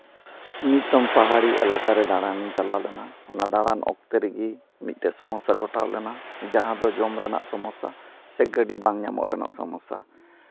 ᱱᱤᱛᱚᱝ ᱯᱟᱦᱟᱲᱤ ᱮᱞᱟᱠᱟ ᱨᱮ ᱫᱟᱬᱟᱱ ᱤᱧ ᱪᱟᱞᱟᱣ ᱞᱮᱱᱟ ᱚᱱᱟ ᱫᱟᱬᱟᱱ ᱚᱠᱛᱮ ᱨᱮᱜᱮ ᱢᱤᱫᱴᱮᱡ ᱥᱚᱢᱚᱥᱥᱟ ᱜᱷᱚᱴᱟᱣ ᱞᱮᱱᱟ ᱡᱟᱦᱟᱸ ᱫᱚ ᱡᱚᱢ ᱨᱮᱱᱟᱜ ᱥᱚᱢᱚᱥᱥᱟ ᱥᱮ ᱜᱟᱹᱰᱤ ᱵᱟᱝ ᱧᱟᱢᱚᱜ ᱨᱮᱱᱟᱜ ᱥᱚᱢᱚᱥᱥᱟ